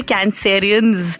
Cancerians